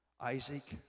Isaac